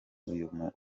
uyu